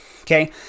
Okay